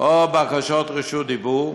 או בקשות רשות דיבור.